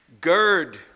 Gird